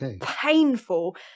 painful